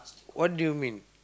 what do you mean